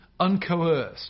uncoerced